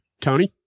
Tony